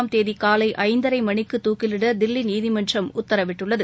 ஆம் தேதி காலை ஐந்தரை மணிக்கு தூக்கிலிட தில்லி நீதிமன்றம் உத்தரவிட்டுள்ளது